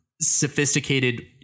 sophisticated